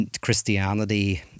Christianity